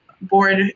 board